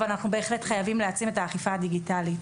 אבל אנחנו בהחלט חייבים להעצים את האכיפה הדיגיטלית,